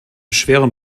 schweren